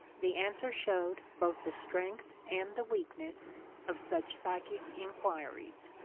the answer showed both the strength and the weakness of such psychic inquiries.